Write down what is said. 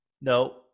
No